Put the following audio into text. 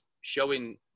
showing